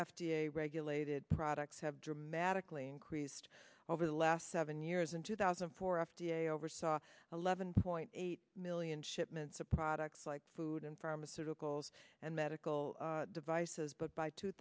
a regulated products have dramatically increased over the last seven years in two thousand and four f d a oversaw eleven point eight million shipments of products like food and pharmaceuticals and medical devices but by two